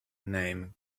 name